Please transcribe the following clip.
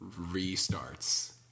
restarts